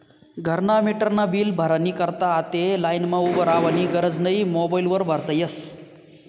घरना मीटरनं बील भरानी करता आते लाईनमा उभं रावानी गरज नै मोबाईल वर भरता यस